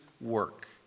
work